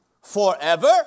Forever